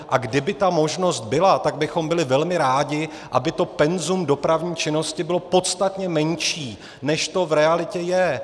A kdyby ta možnost byla, tak bychom byli velmi rádi, aby to penzum dopravní činnosti bylo podstatně menší, než to v realitě je.